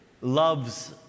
loves